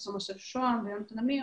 פרופסור שוהם ונמיר